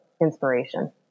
inspiration